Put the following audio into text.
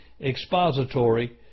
expository